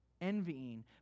envying